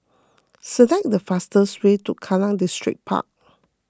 select the fastest way to Kallang Distripark